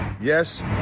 Yes